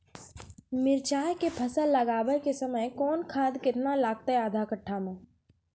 मिरचाय के फसल लगाबै के समय कौन खाद केतना लागतै आधा कट्ठा मे?